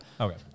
Okay